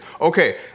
Okay